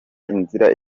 inzira